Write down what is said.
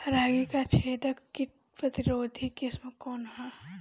रागी क छेदक किट प्रतिरोधी किस्म कौन ह?